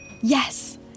Yes